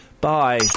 Bye